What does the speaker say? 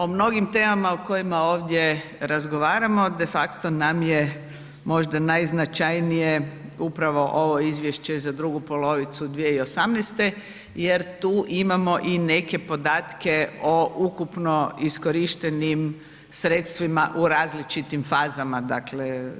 O mnogim temama o kojima ovdje razgovaramo de facto nam je možda najznačajnije upravo ovo izvješće za drugu polovicu 2018. jer tu imamo i neke podatke o ukupno iskorištenim sredstvima u različitim fazama, dakle